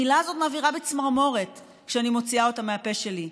המילה הזאת מעבירה בי צמרמורת כשאני מוציאה אותה מהפה שלי.